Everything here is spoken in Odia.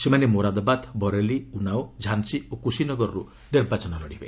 ସେମାନେ ମୋରାଦାବାଦ ବରେଲି ଉନାଓ ଝାନ୍ସୀ ଓ କୃଷିନଗରର୍ତ୍ତ ନିର୍ବାଚନ ଲଢିବେ